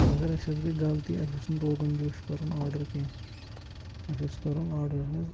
مگر اَسہِ حظ گٔے غلطی اَسہِ اوس نہٕ روغَن جوش کَرُن آرڈر کیٚنٛہہ اَسہِ اوس کَرُن آرڈر حظ